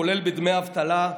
כולל בדמי אבטלה.